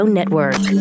Network